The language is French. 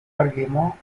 arguments